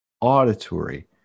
auditory